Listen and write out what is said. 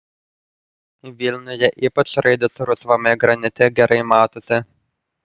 vilniuje ypač raidės rusvame granite gerai matosi